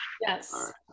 Yes